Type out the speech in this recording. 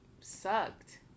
sucked